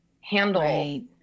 handle